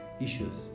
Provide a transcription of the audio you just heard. issues